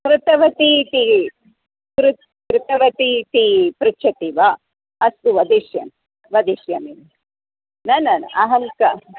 कृतवती इति कृतं कृतवतीति पृच्छति वा अस्तु वदिष्यामि वदिष्यामि न न न अहं